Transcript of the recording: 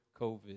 COVID